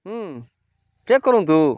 ହୁଁ ଚେକ୍ କରନ୍ତୁ